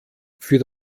für